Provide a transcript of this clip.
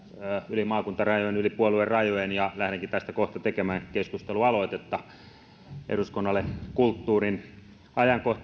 yli maakuntarajojen ja yli puoluerajojen ja lähdenkin tästä kohta tekemään keskustelualoitetta eduskunnalle kulttuurin ajankohtaiskeskustelusta muistutan